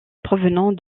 provenant